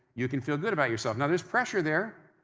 you can feel good about yourself. now, there's pressure there.